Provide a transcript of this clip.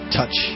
Touch